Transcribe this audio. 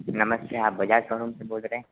नमस्ते आप बजाज शोरूम से बोल रहे हैं